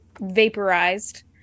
vaporized